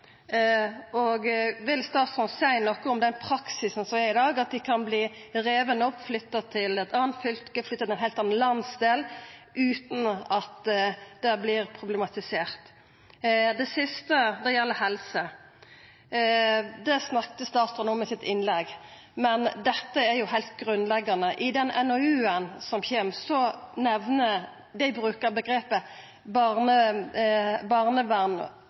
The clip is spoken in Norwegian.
Vil statsråden seia noko om den praksisen som er i dag, at ein kan verta riven opp og flytta til eit anna fylke, flytta til ein heilt annan landsdel, utan at det vert problematisert? Det siste gjeld helse. Det snakka statsråden om i innlegget sitt, men dette er heilt grunnleggjande. I den NOU-en som kjem,